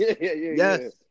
Yes